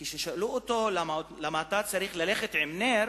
כששאלו אותו: למה אתה צריך ללכת עם נר